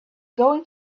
going